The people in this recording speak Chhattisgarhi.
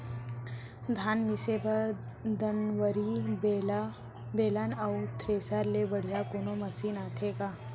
धान मिसे बर दंवरि, बेलन अऊ थ्रेसर ले बढ़िया कोनो मशीन आथे का?